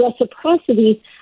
reciprocity